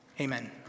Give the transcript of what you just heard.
amen